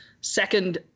second